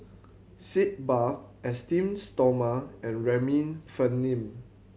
Sitz Bath Esteem Stoma and Remifemin